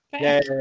yay